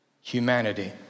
humanity